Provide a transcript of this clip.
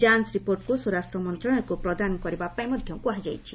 ଯାଞ ରିପୋର୍ଟକୁ ସ୍ୱରାଷ୍ଟ ମନ୍ତଶାଳୟକୁ ପ୍ରଦାନ କରିବା ପାଇଁ ମଧ୍ୟ କୁହାଯାଇଛି